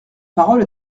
parole